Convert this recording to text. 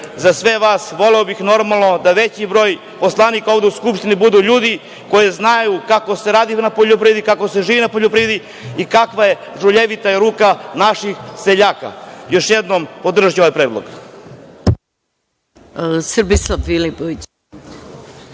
za sve vas, voleo bih da veći broj poslanika ovde u Skupštini budu ljudi koji znaju kako se radi na poljoprivredi, kako se živi na poljoprivredi i kakva je žuljevita ruka naših seljaka. Još jednom, podržaću ovaj predlog.